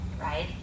right